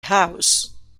house